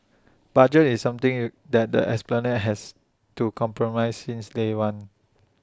budget is something you that the esplanade has to compromise since day one